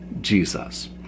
Jesus